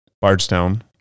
Bardstown